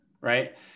right